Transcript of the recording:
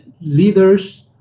leaders